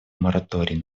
мораторий